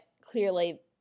clearly